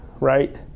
right